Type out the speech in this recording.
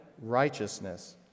righteousness